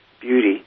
beauty